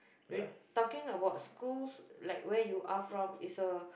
we're talking about schools like where you are from is a